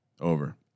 Over